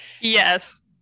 yes